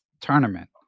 tournament